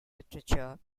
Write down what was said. literature